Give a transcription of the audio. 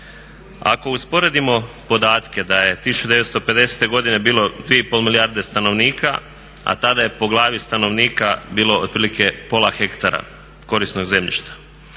Ako usporedimo podatke da je 1950.godine bilo 2,5 milijarde stanovnika a tada je po glavi stanovnika bilo otprilike pola hektara korisnog zemljišta.